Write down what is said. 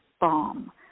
bomb